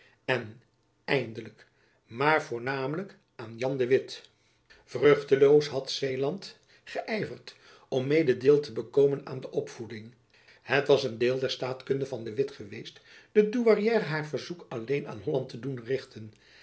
en eindelijk maar voornamelijk aan jan de witt vruchteloos had zeeland geyverd om mede deel te bekomen aan de opvoeding het was een deel der staatkunde van de witt geweest de douairière haar verzoek alleen aan holland te doen richten